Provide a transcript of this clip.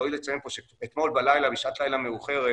ראוי לציין שאתמול בשעת לילה מאוחרת